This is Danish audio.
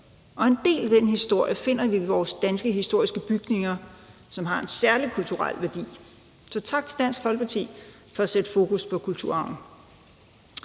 En del af den historie finder vi i vores danske historiske bygninger, som har en særlig kulturel værdi. Så tak til Dansk Folkeparti for at sætte fokus på kulturarven.